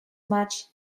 much